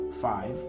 Five